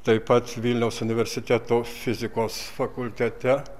taip pat vilniaus universiteto fizikos fakultete